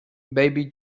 baby